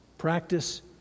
Practice